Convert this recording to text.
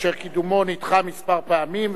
אשר קידומו נדחה כמה פעמים,